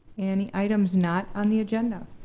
any items not on the agenda?